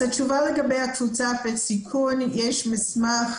לגבי קבוצת סיכון, יש מסמך